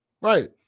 Right